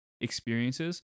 experiences